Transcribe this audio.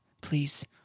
please